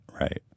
right